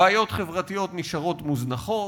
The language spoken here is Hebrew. בעיות חברתיות נשארות מוזנחות,